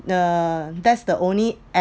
the that‘s the only